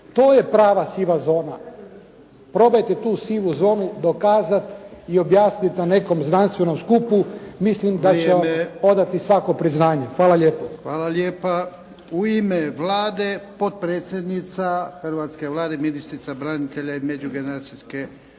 To je prava siva zona. Probajte tu sivu zonu dokazati i objasniti na nekom znanstvenom skupu. Mislim da će vam …… /Upadica: Vrijeme!/ … odati svako priznanje. Hvala lijepo. **Jarnjak, Ivan (HDZ)** Hvala lijepa. U ime Vlade potpredsjednica hrvatske Vlade ministrica branitelja i međugeneracijske